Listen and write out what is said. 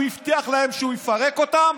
שהוא הבטיח להם שהוא יפרק אותם,